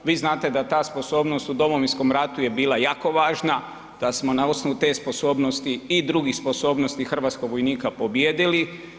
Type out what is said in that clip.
Vi znate da ta sposobnost u Domovinskom ratu je bila jako važna, da smo na osnovu te sposobnosti i drugih sposobnosti hrvatskog vojnika pobijedili.